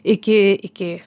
iki iki